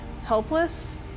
helpless